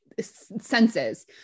senses